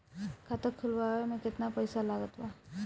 खाता खुलावे म केतना पईसा लागत बा?